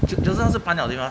just now 是 fine liao 对吗